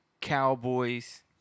Cowboys